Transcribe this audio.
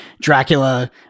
Dracula